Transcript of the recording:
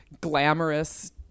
glamorous